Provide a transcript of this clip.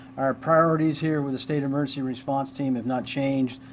our priorities here with the state emergency response team has not changed.